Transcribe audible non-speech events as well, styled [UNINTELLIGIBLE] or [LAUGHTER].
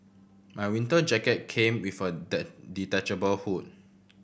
my winter jacket came with a [UNINTELLIGIBLE] detachable hood